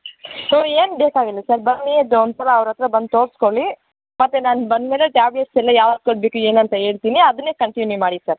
ಹೂಂ ಏನು ಬೇಕಾಗಿಲ್ಲ ಸರ್ ಬನ್ನಿ ಅದೊಂದುಸಲ ಅವರ ಹತ್ರ ಬಂದು ತೋರಿಸ್ಕೊಳಿ ಮತ್ತು ನಾನು ಬಂದ ಮೇಲೆ ಟ್ಯಾಬ್ಲೆಟ್ಸ್ ಎಲ್ಲ ಯಾವಾಗ ಕೊಡಬೇಕು ಏನಂತ ಹೇಳ್ತಿನಿ ಅದನ್ನೆ ಕಂಟಿನ್ಯೂ ಮಾಡಿ ಸರ್